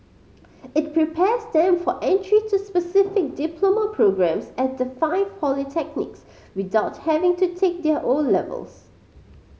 it prepares them for entry to specific diploma programmes at the five polytechnics without having to take their O levels